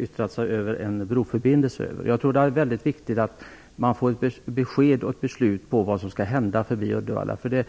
yttrat sig för en broförbindelse. Jag tror att det är väldigt viktigt att det fattas ett beslut och att man får ett besked om vad som skall hända utanför Uddevalla.